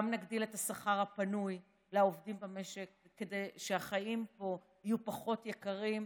גם נגדיל את השכר הפנוי לעובדים במשק כדי שהחיים פה יהיו פחות יקרים,